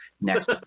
next